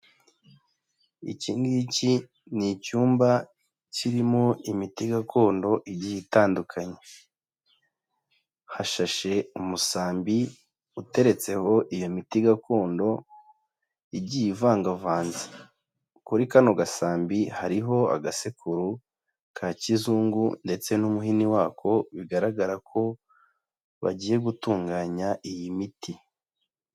Iki ngiki, ni icyumba kirimo imiti gakondo igihe itandukanye, hashashe umusambi uteretseho iyo miti gakondo igiye ivangavanze, kuri kano gasambi hariho agasekuru ka kizungu ndetse n'umuhini wako, bigaragara ko bagiye gutunganya iyi miti.